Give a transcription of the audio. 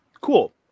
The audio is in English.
Cool